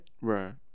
Right